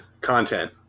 Content